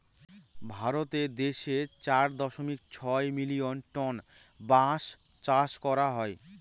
ভারত দেশে চার দশমিক ছয় মিলিয়ন টন বাঁশ চাষ করা হয়